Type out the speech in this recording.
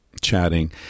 chatting